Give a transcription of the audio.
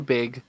Big